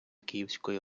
київської